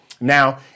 Now